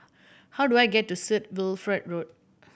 how do I get to St Wilfred Road